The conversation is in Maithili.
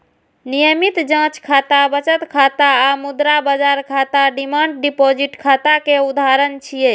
नियमित जांच खाता, बचत खाता आ मुद्रा बाजार खाता डिमांड डिपोजिट खाता के उदाहरण छियै